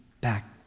back